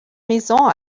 maison